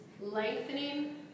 lengthening